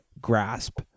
grasp